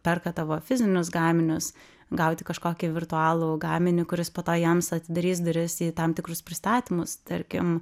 perka tavo fizinius gaminius gauti kažkokį virtualų gaminį kuris po to jiems atidarys duris į tam tikrus pristatymus tarkim